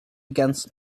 against